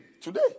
today